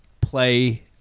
play